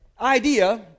idea